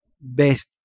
best